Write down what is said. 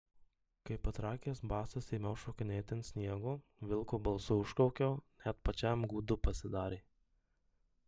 kaip patrakęs basas ėmiau šokinėti ant sniego vilko balsu užkaukiau net pačiam gūdu pasidarė